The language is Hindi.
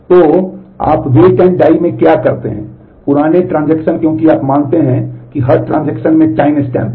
तो आप वेट एंड डाई में टाइमस्टैम्प है